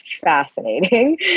fascinating